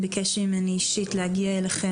הוא ביקש ממני אישית להגיע אליהם,